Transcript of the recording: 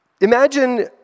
Imagine